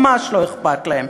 ממש לא אכפת להם.